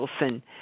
Wilson